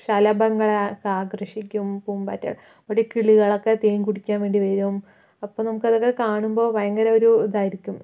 ശലഭങ്ങളെയൊക്കെ ആകർഷിക്കും പൂമ്പാറ്റകൾ ഒരു കിളികളൊക്കെ തേൻ കുടിക്കാൻ വേണ്ടി വരും അപ്പോൾ നമുക്കതൊക്കെ കാണുമ്പോൾ ഭയങ്കര ഒരു ഇതായിരിക്കും